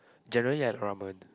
generally I ramen